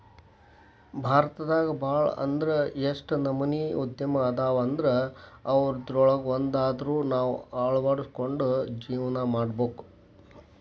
ಭಾರತದಾಗ ಭಾಳ್ ಅಂದ್ರ ಯೆಷ್ಟ್ ನಮನಿ ಉದ್ಯಮ ಅದಾವಂದ್ರ ಯವ್ದ್ರೊಳಗ್ವಂದಾದ್ರು ನಾವ್ ಅಳ್ವಡ್ಸ್ಕೊಂಡು ಜೇವ್ನಾ ಮಾಡ್ಬೊದು